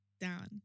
down